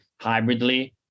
hybridly